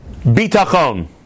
bitachon